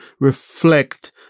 reflect